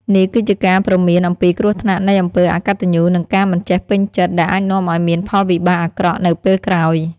នេះគឺជាការព្រមានអំពីគ្រោះថ្នាក់នៃអំពើអកតញ្ញូ និងការមិនចេះពេញចិត្ត ដែលអាចនាំឲ្យមានផលវិបាកអាក្រក់នៅពេលក្រោយ។